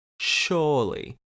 Surely